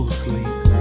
sleep